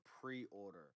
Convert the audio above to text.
pre-order